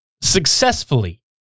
successfully